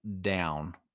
down